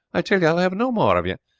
i tell you i will have no more of you.